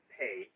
pay